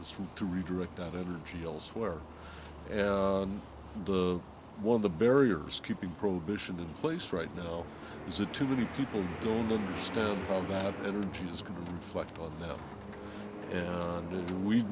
is from to redirect that energy elsewhere and the one of the barriers keeping probation in place right now is it too many people don't understand that energy is going to reflect on that we we